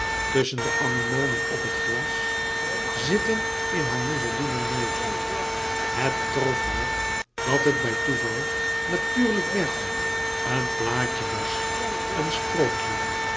tusschen de anemonen op het glas zitten in haar mousselinen nevel het trof haar dat het bij toeval natuurlijk weg een plaatje was een sprookje